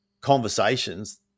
conversations